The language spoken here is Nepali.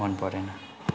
मन परेन